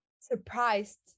surprised